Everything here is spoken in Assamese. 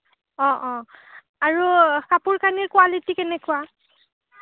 অঁ অঁ আৰু কাপোৰ কানিৰ কোৱালিটি কেনেকুৱা